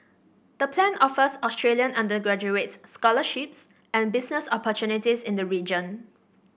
the plan offers Australian undergraduates scholarships and business opportunities in the region